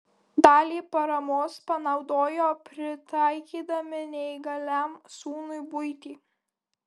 dalį paramos panaudojo pritaikydami neįgaliam sūnui buitį